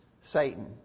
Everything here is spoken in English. Satan